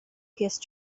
pierce